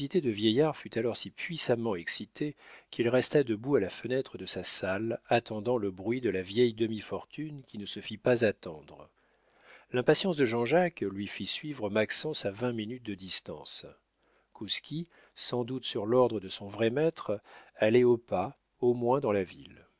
de vieillard fut alors si puissamment excitée qu'il resta debout à la fenêtre de sa salle attendant le bruit de la vieille demi fortune qui ne se fit pas attendre l'impatience de jean-jacques lui fit suivre maxence à vingt minutes de distance kouski sans doute sur l'ordre de son vrai maître allait au pas au moins dans la ville